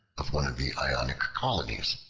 of one of the ionic colonies,